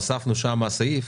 הוספנו שם סעיף